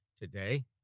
today